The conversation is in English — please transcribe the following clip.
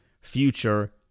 future